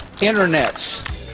Internet's